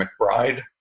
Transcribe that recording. McBride